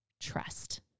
trust